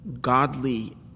godly